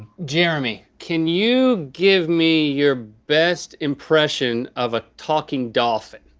jeremy, can you give me your best impression of a talking dolphin.